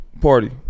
party